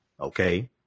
Okay